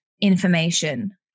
information